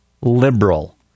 liberal